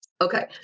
Okay